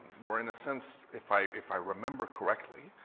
were in a sense, if i if i remember correctly,